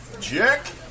Jack